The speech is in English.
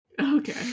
Okay